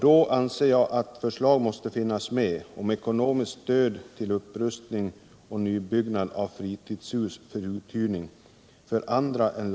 Jag anser att förslag då måste finnas med om ekonomiskt stöd åt andra än lantbruksföretag till upprustning och nybyggnad av fritidshus för uthyrning.